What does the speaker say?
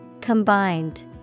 Combined